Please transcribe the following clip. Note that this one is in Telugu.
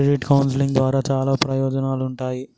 క్రెడిట్ కౌన్సిలింగ్ ద్వారా చాలా ప్రయోజనాలుంటాయి